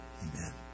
amen